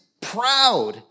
proud